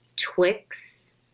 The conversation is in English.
Twix